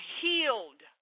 healed